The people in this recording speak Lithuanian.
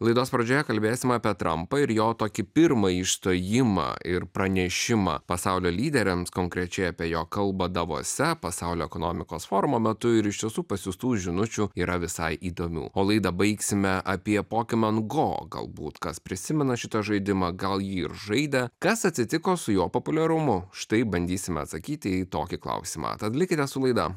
laidos pradžioje kalbėsim apie trampą ir jo tokį pirmą išstojimą ir pranešimą pasaulio lyderiams konkrečiai apie jo kalbą davose pasaulio ekonomikos forumo metu ir iš tiesų pasiųstų žinučių yra visai įdomių o laidą baigsime apie pokeman go galbūt kas prisimena šitą žaidimą gal jį ir žaidė kas atsitiko su jo populiarumu štai bandysime atsakyti į tokį klausimą tad likite su laida